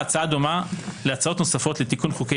ההצעה דומה להצעות נוספות לתיקון חוקי